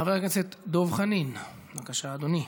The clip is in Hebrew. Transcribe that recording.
חבר הכנסת דב חנין, בבקשה, אדוני.